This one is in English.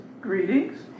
Greetings